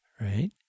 right